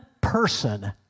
person